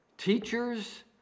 teachers